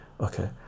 okay